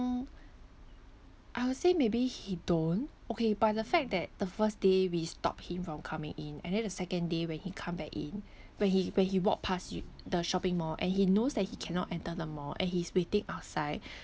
I would say maybe he don't okay but the fact that the first day we stopped him from coming in and then the second day when he come back in when he when he walked pass you the shopping mall and he knows that he cannot enter the mall and he's waiting outside